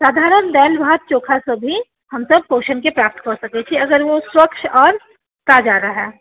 साधारण दालि भात चोखासँ भी हमसब पोषणके प्राप्त कऽ सकैत छी अगर ओ स्वच्छ आओर ताजा रहै